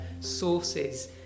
sources